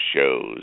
shows